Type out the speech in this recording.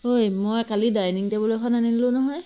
হয় মই কালি ডাইনিং টেবুল এখন আনিলোঁ নহয়